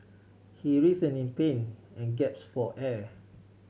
he writh in pain and gasped for air